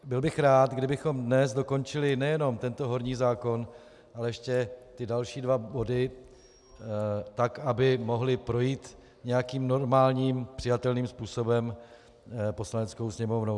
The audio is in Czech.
Byl bych rád, kdybychom dnes dokončili nejenom tento horní zákon, ale ještě další dva body, aby mohly projít nějakým normálním přijatelným způsobem Poslaneckou sněmovnou.